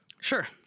Sure